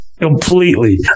Completely